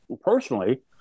personally